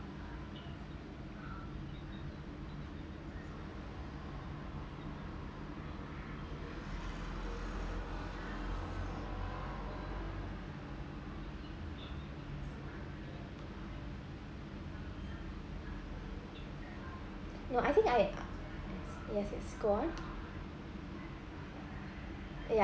no I think I yes yes go on ya